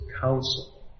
council